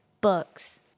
Books